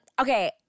Okay